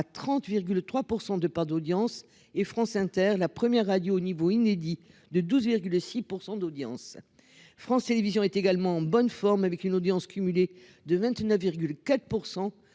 À 30,3% de part d'audience et France Inter, la première radio niveau inédit de 12,6% d'audience. France Télévision est également en bonne forme, avec une audience cumulée de 29,4%,